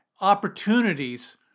opportunities